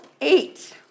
eight